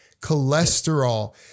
cholesterol